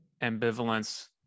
ambivalence